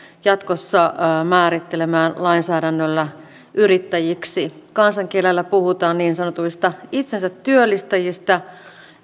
jatkossa määrittelemään lainsäädännöllä yrittäjiksi kansankielellä puhutaan niin sanotuista itsensätyöllistäjistä